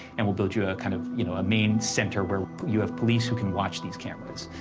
and we'll build you a kind of, you know, a main center where you have police who can watch these cameras.